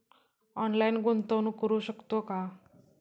Online गुंतवणूक करू शकतो का?